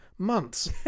months